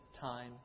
time